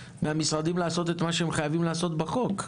מהמשרדים לעשות את מה שהם חייבים לעשות בחוק.